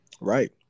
Right